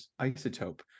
isotope